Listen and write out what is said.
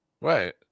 Right